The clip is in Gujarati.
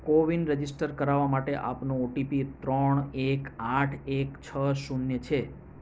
કોવિન રજિસ્ટર કરાવવા માટે આપનો ઓટીપી ત્રણ એક આઠ એક છ શૂન્ય છે